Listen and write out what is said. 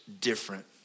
different